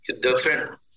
different